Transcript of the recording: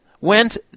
went